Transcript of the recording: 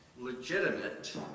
legitimate